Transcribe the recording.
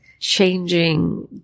changing